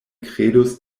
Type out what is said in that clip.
kredus